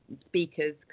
speakers